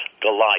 Goliath